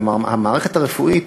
כלומר, המערכת הרפואית